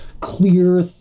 clear